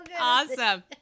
Awesome